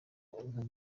ubwo